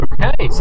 Okay